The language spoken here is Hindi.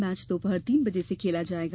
मैच दोपहर तीन बजे से खेला जाएगा